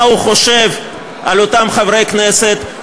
מה הוא חושב על אותם חברי כנסת,